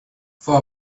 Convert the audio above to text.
for